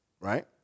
right